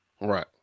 Right